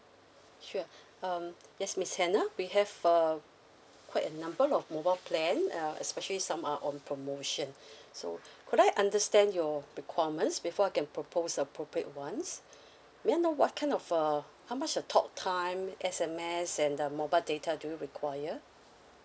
sure um yes miss hannah we have err quite a number of mobile plan uh especially some are on promotion so could I understand your requirements before I can propose appropriate ones may I know what kind of err how much uh talk time S_M_S and the mobile data do you require